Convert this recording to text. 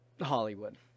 Hollywood